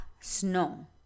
snow